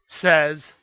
says